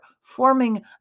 forming